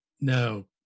no